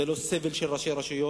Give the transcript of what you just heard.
זה לא סבל רק של ראשי הרשויות,